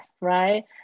right